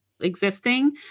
existing